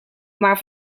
maar